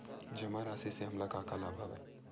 जमा राशि ले हमला का का लाभ हवय?